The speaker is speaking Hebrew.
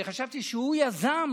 אני חשבתי שהוא יזם